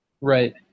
Right